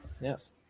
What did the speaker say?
Yes